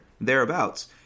thereabouts